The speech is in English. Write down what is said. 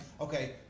okay